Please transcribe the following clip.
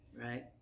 right